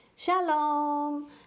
Shalom